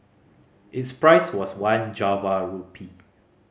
its price was one Java rupee